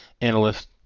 analyst